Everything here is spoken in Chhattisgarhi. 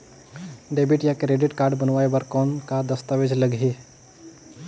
डेबिट या क्रेडिट कारड बनवाय बर कौन का दस्तावेज लगही?